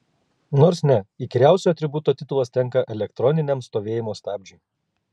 nors ne įkyriausio atributo titulas tenka elektroniniam stovėjimo stabdžiui